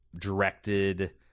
directed